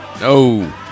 No